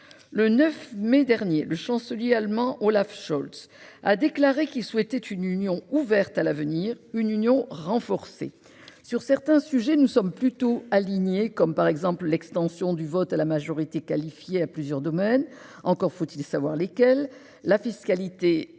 Le 9 mai dernier, le chancelier allemand Olaf Scholz a déclaré qu'il souhaitait une union ouverte et renforcée. Sur certains sujets, nous sommes plutôt alignés, par exemple sur l'extension du vote à la majorité qualifiée à plusieurs domaines- encore faut-il savoir lesquels ... La fiscalité est une